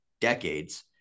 decades